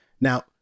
Now